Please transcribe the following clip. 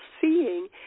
seeing